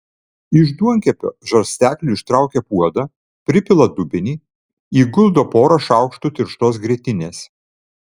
iš duonkepio žarstekliu ištraukia puodą pripila dubenį įguldo porą šaukštų tirštos grietinės